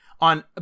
on